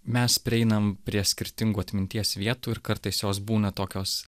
mes prieinam prie skirtingų atminties vietų ir kartais jos būna tokios